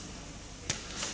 Hvala